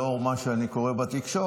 לאור מה שאני קורא בתקשורת,